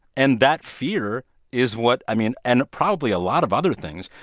and that fear is what i mean and probably a lot of other things,